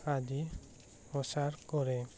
আদি প্ৰচাৰ কৰে